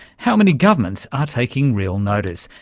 how many governments are taking real notice?